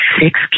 six